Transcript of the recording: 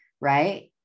right